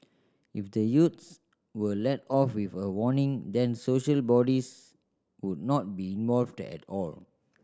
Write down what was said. if the youths were let off with a warning then social bodies would not be involved at all